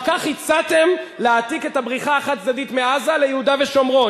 אחר כך הצעתם להעתיק את הבריחה החד-צדדית מעזה ליהודה ושומרון,